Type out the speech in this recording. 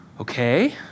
okay